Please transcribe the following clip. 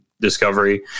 discovery